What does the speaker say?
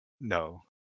No